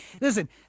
listen